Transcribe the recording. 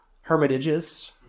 hermitages